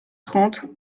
trente